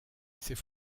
ses